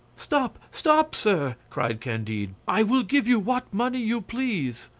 stop! stop! sir, cried candide. i will give you what money you please.